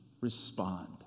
respond